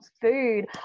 food